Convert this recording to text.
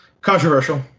Controversial